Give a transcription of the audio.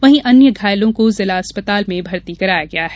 वहीं अन्य घायलों को जिला अस्पताल में भर्ती कराया गया है